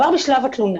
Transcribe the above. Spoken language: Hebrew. כבר בשלב התלונה